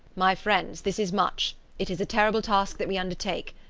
my friends, this is much it is a terrible task that we undertake,